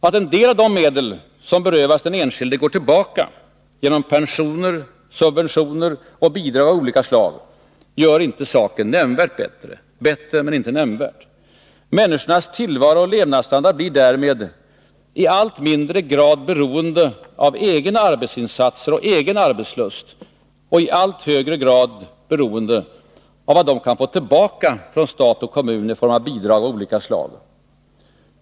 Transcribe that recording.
Att en del av de medel som berövas den enskilde går tillbaka genom pensioner, subventioner och bidrag av olika slag gör inte saken nämnvärt bättre — bättre men inte nämnvärt. Människornas tillvaro och levnadsstandard blir därmed i allt mindre grad beroende av egna arbetsinsatser och egen arbetslust och i allt högre grad beroende av vad de kan få tillbaka från stat och kommun i form av bidrag av olika slag.